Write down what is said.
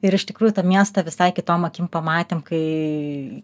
ir iš tikrųjų tą miestą visai kitom akim pamatėm kai